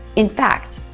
in fact,